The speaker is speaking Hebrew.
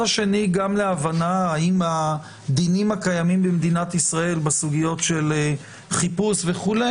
השני גם להבנה האם הדינים הקיימים במדינת ישראל בסוגיות של חיפוש וכו',